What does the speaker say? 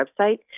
website